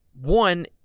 one